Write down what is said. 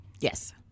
yes